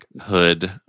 hood